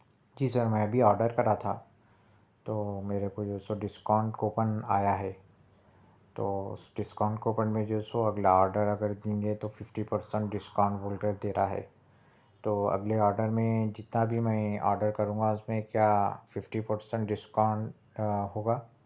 جی sir میں ابھی order کر رہا تھا تو میرے کو جو اے سو ڈسکاؤنٹ کوپن آیا ہے تو اس ڈسکاؤنٹ کوپن میں جو اے سو اگلا آڈر اگر دیں گے تو ففٹی پرسینٹ ڈسکاؤنٹ بول رہے دے رہا ہے تو اگلے آڈر میں جتنا بھی میں آڈر کروں گا اس میں کیا ففٹی پرسینٹ ڈسکاؤنٹ ہوگا